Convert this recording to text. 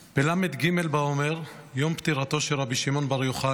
בל"ג בעומר, יום פטירתו של רבי שמעון בר יוחאי,